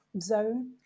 zone